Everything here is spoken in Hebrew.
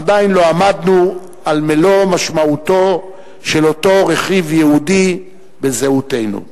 עדיין לא עמדנו על מלוא משמעותו של אותו רכיב יהודי בזהותנו.